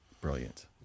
brilliant